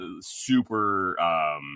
super